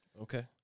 Okay